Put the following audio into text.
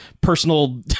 personal